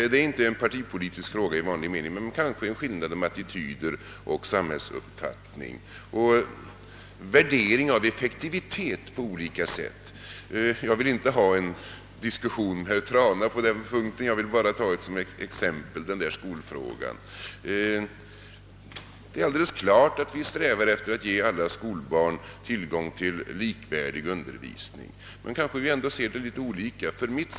Detta är inte en partipolitisk fråga i vanlig mening, utan kanske snarare en skillnad i attityd och samhällsuppfattning — och när det gäller olika värderingar av effektivitet. Jag vill inte dra upp någon diskussion på den punkten, herr Trana, men jag tar ändå skolfrågan som exempel. Vi strävar efter att ge alla skolbarn tillgång till likvärdig undervisning, men vi har kanske ändå litet olika syn på saken.